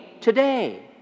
today